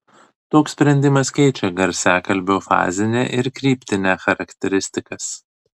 toks sprendimas keičia garsiakalbio fazinę ir kryptinę charakteristikas